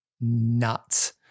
nuts